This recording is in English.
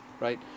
right